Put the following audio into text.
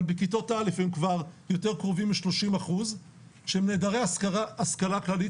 בכיתות א' הם כבר יותר קרובים ל-30% שהם נעדרי השכלה כללית,